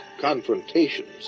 Confrontations